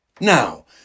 Now